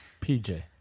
PJ